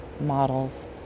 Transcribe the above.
models